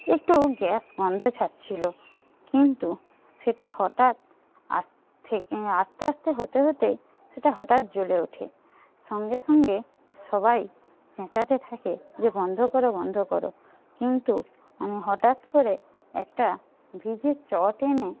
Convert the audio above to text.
একটু গ্যাস গন্ধ ছাড়ছিল কিন্তু সেটা হঠাৎ আজ থেকে আস্তে আস্তে হতে হতে সেটা হঠাৎ জ্বলে ওঠে সঙ্গে সঙ্গে সবাই চ্যাঁচাতে থাকে যে বন্ধ করো বন্ধ করো কিন্তু আমি হঠাৎ করে একটা ভিজে চট এনে